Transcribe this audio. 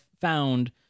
found